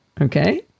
Okay